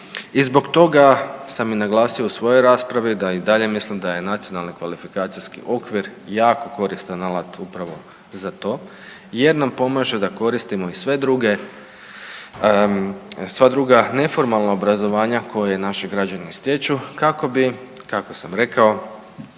I zbog toga sam i naglasio u svojoj raspravi da i dalje mislim da je Nacionalni kvalifikacijski okvir jako koristan alat upravo za to jer nam pomaže da koristimo i sve druge, sva druga neformalna obrazovanja koje naši građani stječu kako bi kako sam rekao